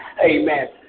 Amen